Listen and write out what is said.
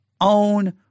own